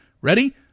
Ready